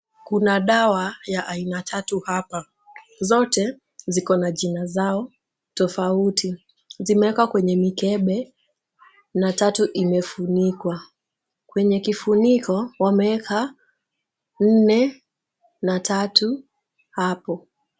Kuna dawa ya aina tatu hapa. Zote ziko na jina zao tofauti. Zimewekwa kwenye mikebe na tatu imefunikwa. Kwenye kifuniko wameweka nne na tatu hapo.